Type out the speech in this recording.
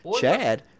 Chad